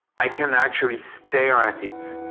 i can actually stare at it